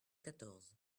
quatorze